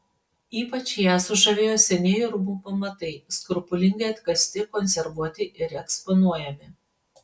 ypač ją sužavėjo senieji rūmų pamatai skrupulingai atkasti konservuoti ir eksponuojami